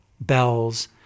bells